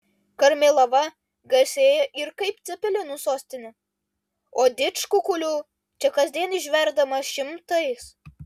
karmėlava garsėja ir kaip cepelinų sostinė o didžkukulių čia kasdien išverdama šimtais